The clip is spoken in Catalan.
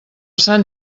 sant